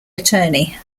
attorney